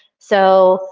so